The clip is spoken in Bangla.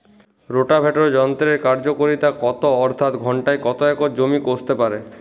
রোটাভেটর যন্ত্রের কার্যকারিতা কত অর্থাৎ ঘণ্টায় কত একর জমি কষতে পারে?